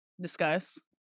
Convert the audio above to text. Discuss